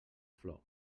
flor